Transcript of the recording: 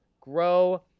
grow